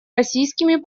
российскими